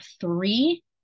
three